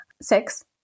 Six